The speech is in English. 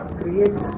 creates